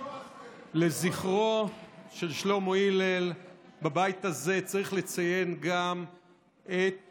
לזכרו של שלמה הלל בבית הזה צריך לציין גם את